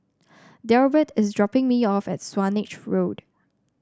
Delbert is dropping me off at Swanage Road